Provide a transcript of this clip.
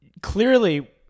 Clearly